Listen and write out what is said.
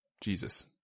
Jesus